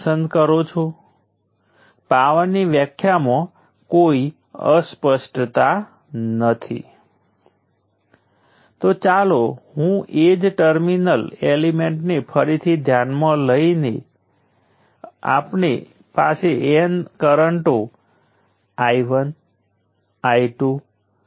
રઝિસ્ટરથી વિપરીત તે એનર્જીને ડિસિપેટ કરી શકતું નથી તે માત્ર એનર્જીનો સંગ્રહ કરે છે જે પછીથી પુનઃપ્રાપ્ત કરી શકાય છે